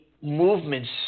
movements